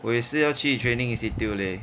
我也是要去 training institute leh